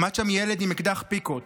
עמד שם ילד עם אקדח פיקות.